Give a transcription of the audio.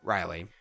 Riley